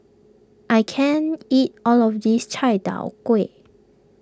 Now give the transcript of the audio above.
I can't eat all of this Chai Tow Kway